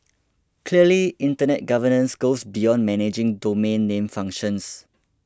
clearly Internet governance goes beyond managing domain name functions